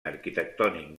arquitectònic